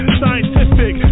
scientific